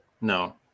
no